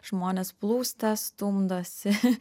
žmonės plūsta stumdosi